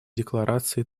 декларации